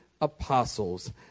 apostles